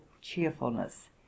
cheerfulness